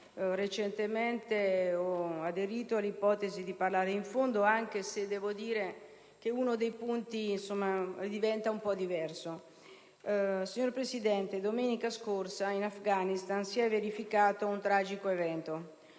recentemente, ho aderito all'invito di parlare al termine, anche se devo dire che diventa un po' diverso. Signor Presidente, domenica scorsa in Afghanistan si è verificato un tragico evento: